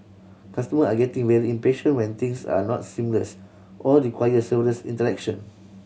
customer are getting very impatient when things are not seamless or require several interaction